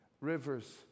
rivers